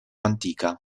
antica